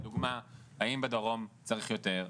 האם לדוגמה בדרום צריך יותר,